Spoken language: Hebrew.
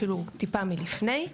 אפילו טיפה לפני.